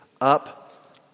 up